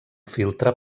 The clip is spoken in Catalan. filtre